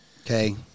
Okay